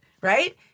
right